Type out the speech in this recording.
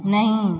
नहीं